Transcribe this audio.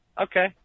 okay